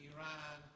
Iran